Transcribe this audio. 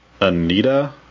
anita